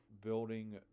building